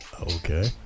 Okay